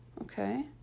okay